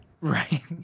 Right